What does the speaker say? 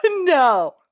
No